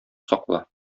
сакла